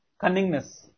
cunningness